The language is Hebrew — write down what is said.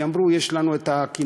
כי אמרו: יש לנו הכינרת,